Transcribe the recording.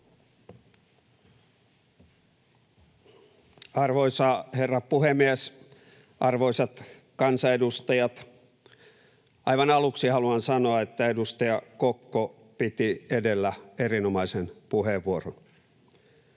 Arvoisa herra puhemies! Arvoisat kansanedustajat! Aivan aluksi haluan sanoa, että edustaja Kokko piti edellä erinomaisen puheenvuoron.